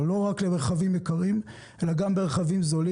רק לרכבים של עשירים ויקרים,